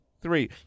three